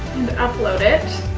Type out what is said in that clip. upload it,